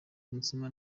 umutsima